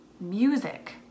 music